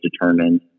determined